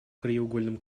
краеугольным